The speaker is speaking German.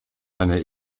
einer